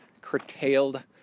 curtailed